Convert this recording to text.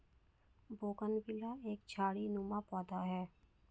bougainvillea एक झाड़ीनुमा पौधा है